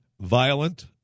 violent